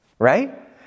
Right